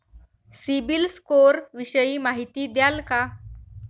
CIBIL score विषयी माहिती द्याल का?